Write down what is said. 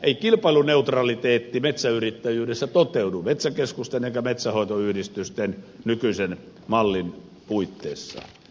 ei kilpailuneutraliteetti metsä yrittäjyydessä toteudu metsäkeskusten eikä metsänhoitoyhdistysten nykyisen mallin puitteissa